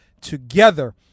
together